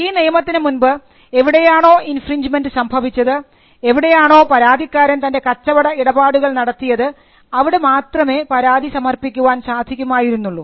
ഈ നിയമത്തിന് മുൻപ് എവിടെയാണോ ഇൻഫ്രിൻഞ്ജ്മെൻറ് സംഭവിച്ചത് എവിടെയാണോ പരാതിക്കാരൻ തൻറെ കച്ചവട ഇടപാടുകൾ നടത്തിയത് അവിടെ മാത്രമേ പരാതി സമർപ്പിക്കുവാൻ സാധിക്കുമായിരുന്നുള്ളൂ